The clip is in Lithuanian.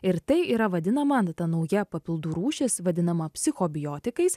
ir tai yra vadinama na ta nauja papildų rūšis vadinama psichobiotikais